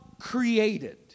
created